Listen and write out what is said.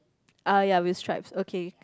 ah ya with stripes okay